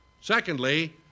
Secondly